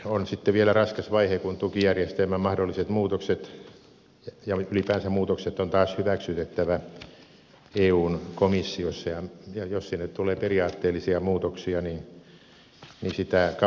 on sitten vielä raskas vaihe kun tukijärjestelmän mahdolliset muutokset ja ylipäänsä muutokset on taas hyväksytettävä eun komissiossa ja jos sinne tulee periaatteellisia muutoksia niin sitä kauemmin kestää